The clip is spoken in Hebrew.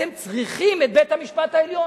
אתם צריכים את בית-המשפט העליון.